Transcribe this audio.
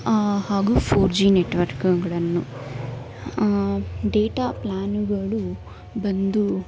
ಹಾಗೂ four G ನೆಟ್ವರ್ಕ್ಗಳನ್ನು data ಪ್ಲಾನುಗಳು ಬಂದು